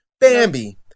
Bambi